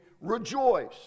rejoice